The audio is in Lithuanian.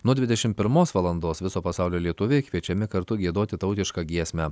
nuo dvidešim pirmos valandos viso pasaulio lietuviai kviečiami kartu giedoti tautišką giesmę